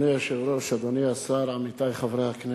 אדוני היושב-ראש, אדוני השר, עמיתי חברי הכנסת,